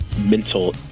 mental